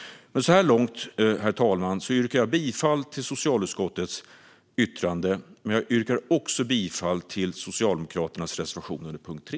Men så här långt yrkar jag bifall till socialutskottets förslag och till Socialdemokraternas reservation under punkt 3.